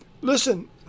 Listen